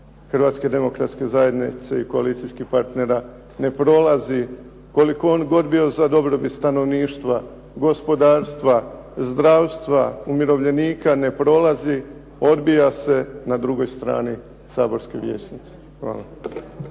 Hrvatske demokratske zajednice i koalicijskih partnera ne prolazi koliko on god bio za dobrobit stanovništva, gospodarstva, zdravstva, umirovljenika ne prolazi, odbija se na drugoj strani saborske vijećnice. Hvala.